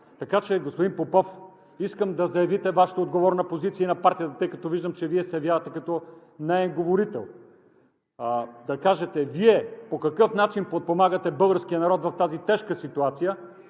Така че, господин Попов, искам да заявите Вашата отговорна позиция и на партията, тъй като виждам, че Вие се явявате като неин говорител – да кажете Вие по какъв начин подпомагате българския народ в тази тежка ситуация